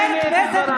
את מדברת שטויות.